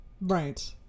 Right